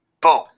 Boom